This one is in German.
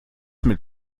mit